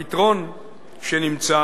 הפתרון שנמצא